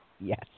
yes